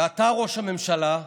ואתה, ראש הממשלה,